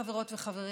חברות וחברים,